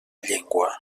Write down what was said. llengua